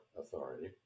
authority